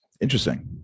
Interesting